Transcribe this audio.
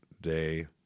day